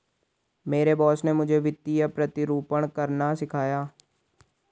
मेरे बॉस ने मुझे वित्तीय प्रतिरूपण करना सिखाया